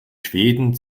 schweden